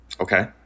okay